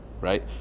right